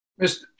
Mr